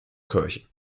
kirchen